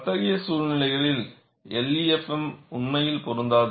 அத்தகைய சூழ்நிலைகளில் LEFM உண்மையில் பொருந்தாது